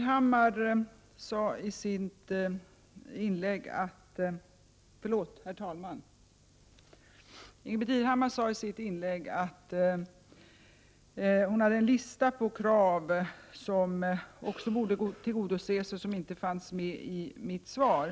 Herr talman! Ingbritt Irhammar sade i sitt inlägg att hon hade en lista på krav som också borde tillgodoses och som inte fanns med i mitt svar.